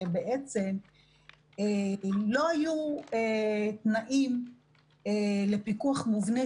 שבעצם לא היו תנאים לפיקוח מובנה,